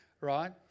right